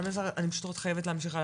אני פשוט חייבת להמשיך הלאה.